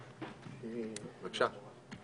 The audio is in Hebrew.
בבקשה.